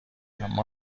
اما